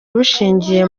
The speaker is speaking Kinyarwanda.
bushingiye